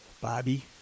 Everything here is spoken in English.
Bobby